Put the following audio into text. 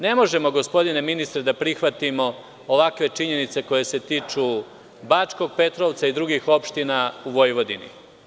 Ne možemo, gospodine ministre, da prihvatimo ovakve činjenice koje se tiču Bačkog Petrovca i drugih opština u Vojvodini.